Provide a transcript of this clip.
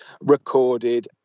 recorded